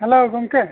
hello ᱜᱚᱢᱠᱮ